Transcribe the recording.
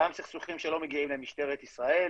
גם סכסוכים שלא מגיעים למשטרת ישראל.